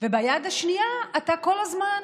וביד השנייה אתה כל הזמן